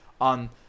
on